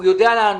הוא יודע לענות.